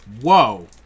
Whoa